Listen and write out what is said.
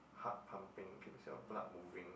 heart pumping keeps your blood moving